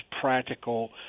practical